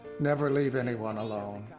never leave anyone alone.